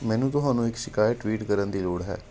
ਮੈਨੂੰ ਤੁਹਾਨੂੰ ਇੱਕ ਸ਼ਿਕਾਇਤ ਟਵੀਟ ਕਰਨ ਦੀ ਲੋੜ ਹੈ